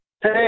Hey